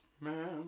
man